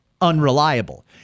unreliable